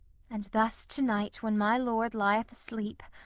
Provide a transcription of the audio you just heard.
and thus to-night when my lord lieth asleep,